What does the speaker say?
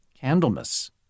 Candlemas